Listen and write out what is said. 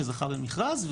שזכה במכרז,